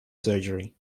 surgery